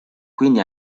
quindi